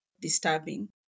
disturbing